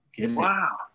Wow